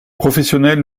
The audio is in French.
professionnels